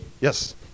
Yes